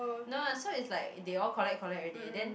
no lah so is like they all collect collect already then